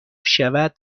شود